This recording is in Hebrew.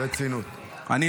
אתה מנהל עכשיו את המליאה.